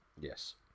Yes